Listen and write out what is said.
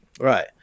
Right